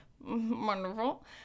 wonderful